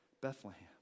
Bethlehem